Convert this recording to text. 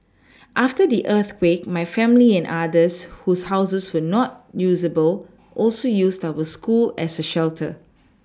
after the earthquake my family and others whose houses were not usable also used our school as a shelter